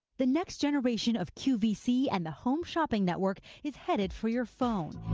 the next generation of qvc and the home shopping network is headed for your phone.